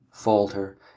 falter